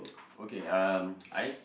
okay um I